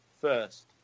first